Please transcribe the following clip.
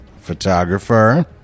photographer